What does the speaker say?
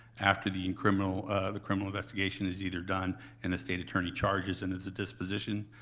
after the and criminal the criminal investigation is either done and the state attorney charges and there's a disposition,